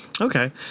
okay